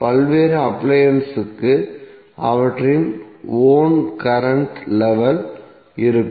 பல்வேறு அப்லயன்ஸ்களுக்கு அவற்றின் ஓன் கரண்ட் லெவல் இருக்கும்